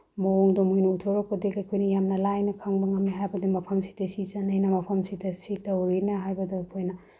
ꯃꯑꯣꯡꯗꯣ ꯃꯣꯏꯅ ꯎꯠꯊꯣꯔꯛꯄꯗꯒꯤ ꯑꯩꯈꯣꯏꯅ ꯌꯥꯝꯅ ꯂꯥꯏꯅ ꯈꯪꯕ ꯉꯝꯃꯤ ꯍꯥꯏꯕꯗꯤ ꯃꯐꯃꯁꯤꯗ ꯁꯤ ꯆꯠꯅꯩꯅ ꯃꯐꯝꯁꯤꯗ ꯁꯤ ꯇꯧꯔꯤꯅ ꯍꯥꯏꯕꯗꯨ ꯑꯩꯈꯣꯏꯅ